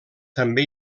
també